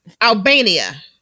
Albania